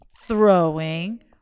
throwing